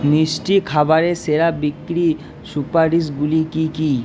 মিষ্টি খাবারে সেরা বিক্রি সুপারিশগুলি কী কী